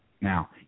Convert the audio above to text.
Now